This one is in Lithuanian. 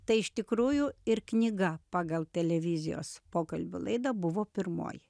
tai iš tikrųjų ir knyga pagal televizijos pokalbių laidą buvo pirmoji